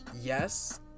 yes